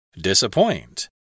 Disappoint